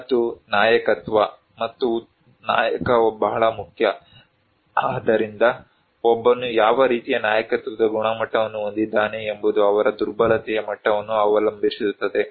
ಮತ್ತು ನಾಯಕತ್ವ ಉತ್ತಮ ನಾಯಕ ಬಹಳ ಮುಖ್ಯ ಆದ್ದರಿಂದ ಒಬ್ಬನು ಯಾವ ರೀತಿಯ ನಾಯಕತ್ವದ ಗುಣಮಟ್ಟವನ್ನು ಹೊಂದಿದ್ದಾನೆ ಎಂಬುದು ಅವರ ದುರ್ಬಲತೆಯ ಮಟ್ಟವನ್ನು ಅವಲಂಬಿಸಿರುತ್ತದೆ